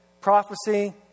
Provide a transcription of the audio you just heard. prophecy